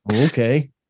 Okay